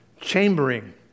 chambering